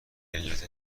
علت